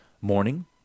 morning